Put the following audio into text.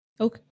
Okay